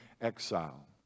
exile